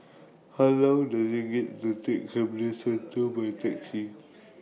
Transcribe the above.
How Long Does IT get to Take Camden Centre By Taxi